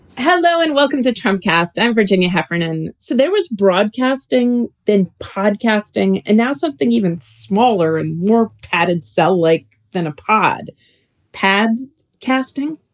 hello and welcome to trump cast. i'm virginia heffernan. so there was broadcasting, then podcasting and now something even smaller and more padded cell like than a pod pad casting.